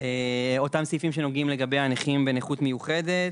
אותם סעיפים שנוגעים לגבי הנכים בנכות מיוחדת.